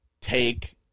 take